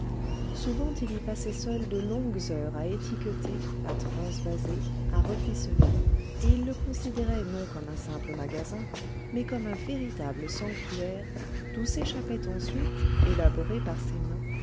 souvent il y passait seul de longues heures à étiqueter à transvaser à reficeler et il le considérait non comme un simple magasin mais comme un véritable sanctuaire d'où s'échappaient ensuite élaborées par ses mains